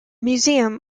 museum